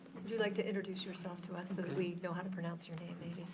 would you like to introduce yourself to us so that we know how to pronounce your name, maybe.